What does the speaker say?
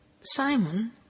Simon